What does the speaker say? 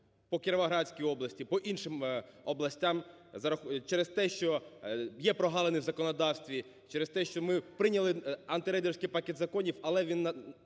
по Кіровоградській області, по іншим областям через те, що є прогалини в законодавстві, через те, що ми прийняли антирейдерський пакет законів, але він